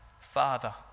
Father